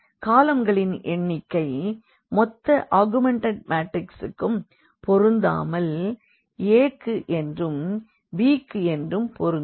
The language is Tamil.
காலம்களின் எண்ணிக்கை மொத்த ஆகுமன்டட் மாற்றிக்ஸ்க்கும் பொருந்தாமல் a க்கு என்றும் b க்கு என்றும் பொருந்தும்